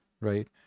right